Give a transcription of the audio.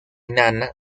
nana